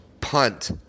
punt